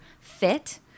fit